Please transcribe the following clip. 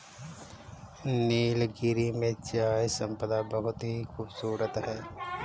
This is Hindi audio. नीलगिरी में चाय संपदा बहुत ही खूबसूरत है